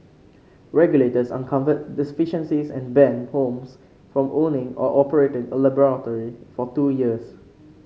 regulators uncovered deficiencies and banned Holmes from owning or operating a laboratory for two years